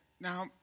Now